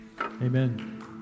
Amen